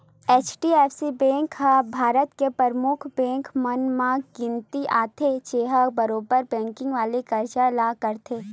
HDFC bank ह भारत के परमुख बेंक मन म गिनती आथे, जेनहा बरोबर बेंकिग वाले कारज ल करथे